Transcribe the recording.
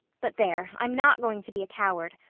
but there! i'm not going to be a coward.